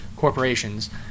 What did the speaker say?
corporations